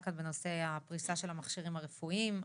כאן בנושא פריסת המכשירים הרפואיים,